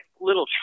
little